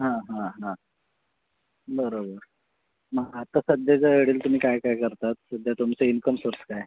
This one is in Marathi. हां हां हां बरोबर मग आता सध्याचं घडीला तुम्ही काय काय करतात सध्या तुमचं इन्कम सोर्स काय